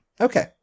Okay